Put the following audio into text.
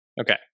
Okay